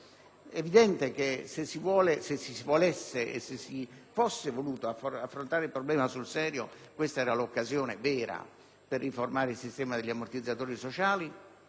future. Se si volesse e se si fosse voluto affrontare il problema sul serio, questa era l'occasione vera per riformare il sistema degli ammortizzatori sociali.